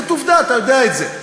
זאת עובדה, אתה יודע את זה.